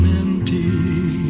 empty